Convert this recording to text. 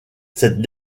cette